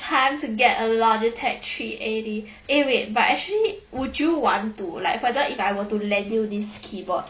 time to get a logitech three eighty eh wait but actually would you want to like for example~ if I were to lend you this keyboard